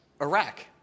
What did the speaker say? Iraq